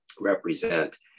represent